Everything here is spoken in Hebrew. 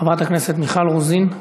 חברת הכנסת מיכל רוזין,